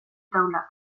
taulak